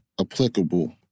applicable